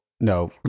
No